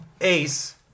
ace